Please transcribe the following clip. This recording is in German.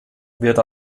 wird